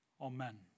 Amen